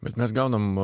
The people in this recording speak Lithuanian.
bet mes gaunam